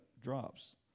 drops